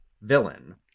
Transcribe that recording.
villain